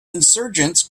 insurgents